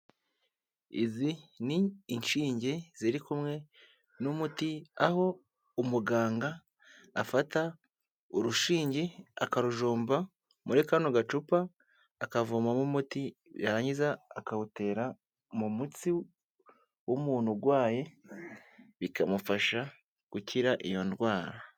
Izi ni inshinge ziri kumwe n'umuti aho umuganga afata urushingi akarujomba muri kano gacupa akavomamo umuti, yarangiza akawutera mu mutsi w'umuntu urwaye bikamufasha gukira iyo ndwara.